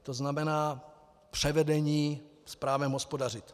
To znamená převedení s právem hospodařit.